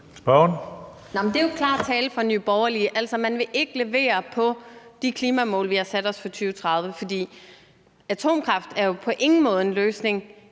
Det er jo klar tale fra Nye Borgerlige. Altså, man vil ikke levere på de klimamål, vi har sat os for 2030. For atomkraft er jo på ingen måde en løsning